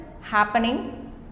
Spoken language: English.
happening